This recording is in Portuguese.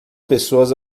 pessoas